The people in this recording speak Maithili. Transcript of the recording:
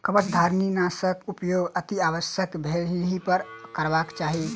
कवचधारीनाशक उपयोग अतिआवश्यक भेलहिपर करबाक चाहि